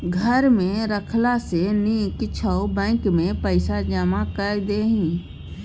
घर मे राखला सँ नीक छौ बैंकेमे पैसा जमा कए दही